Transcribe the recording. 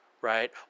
right